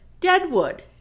Deadwood